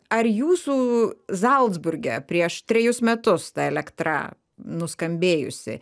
ar jūsų zalcburge prieš trejus metus ta elektra nuskambėjusi